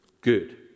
Good